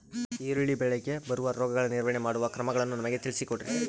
ಈರುಳ್ಳಿ ಬೆಳೆಗೆ ಬರುವ ರೋಗಗಳ ನಿರ್ವಹಣೆ ಮಾಡುವ ಕ್ರಮಗಳನ್ನು ನಮಗೆ ತಿಳಿಸಿ ಕೊಡ್ರಿ?